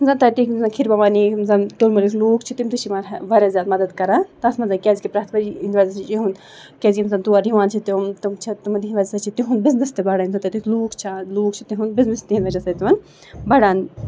یِم زَن تَتِکۍ یِم زَن کھیٖر بھَوانی یِم زَن تُلمُلِکۍ لوٗکھ چھِ تِم تہِ چھِ یِمَن واریاہ زیادٕ مَدَد کَران تَتھ منٛز کیٛازِکہِ پرٛٮ۪تھ ؤریہِ یِہِنٛدِ وجہ سۭتۍ چھِ یِہُنٛد کیٛازِ یِم زَن تور یِوان چھِ تِم تِم چھِ تِمَن ہِنٛدِ وجہ سۭتۍ چھِ تِہُنٛد بِزنِس تہِ بَڑان یِم زَن تَتِکۍ لوٗکھ چھِ اَز لوٗکھ چھِ تِہُنٛد بِزنِس تِہِنٛدِ وجہ سۭتۍ تِمَن بَڑان